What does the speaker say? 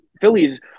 phillies